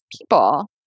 people